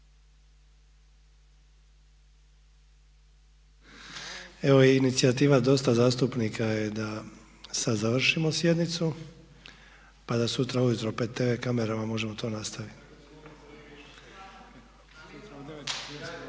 Evo i inicijativa dosta zastupnika je da sad završimo sjednicu, pa da sutra ujutro pred tv kamerama možemo to nastaviti.